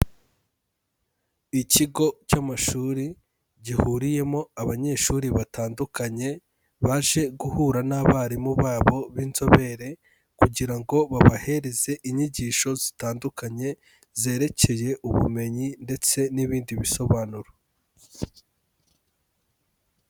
Ikigo cy'amashuri, gihuriyemo abanyeshuri batandukanye, baje guhura n'abarimu babo, b'inzobere, kugira ngo babahereze inyigisho zitandukanye, zerekeye ubumenyi ndetse n'ibindi bisobanuro.